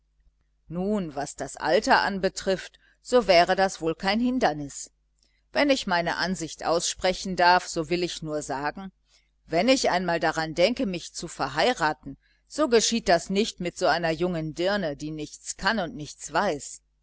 nun was das alter anbetrifft so wäre das wohl kein hindernis wenn ich meine ansicht aussprechen darf so will ich nur sagen wenn ich einmal daran denke mich zu verheiraten so geschieht das nicht mit so einer jungen dirne die nichts kann und nichts weiß